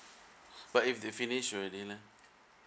but if they finished already leh